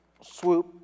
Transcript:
swoop